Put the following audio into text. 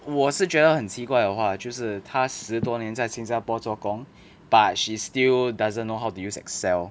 我是觉得很奇怪的话就是她十多年在新加坡做工 but she still doesn't know how to use excel